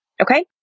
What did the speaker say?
Okay